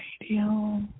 Radio